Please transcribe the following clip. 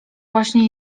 właśnie